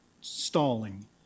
stalling